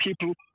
people